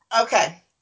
Okay